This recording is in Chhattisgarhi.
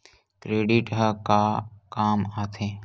क्रेडिट ह का काम आथे?